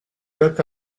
got